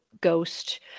ghost